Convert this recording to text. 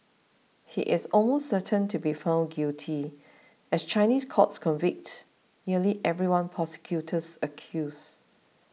he is almost certain to be found guilty as Chinese courts convict nearly everyone prosecutors accuse